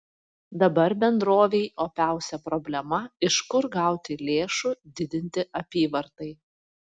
dabar bendrovei opiausia problema iš kur gauti lėšų didinti apyvartai